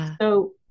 So-